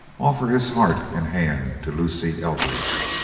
offer his heart and hand to lucy eldridge.